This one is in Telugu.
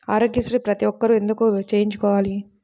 ఆరోగ్యశ్రీ ప్రతి ఒక్కరూ ఎందుకు చేయించుకోవాలి?